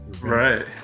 Right